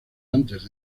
antes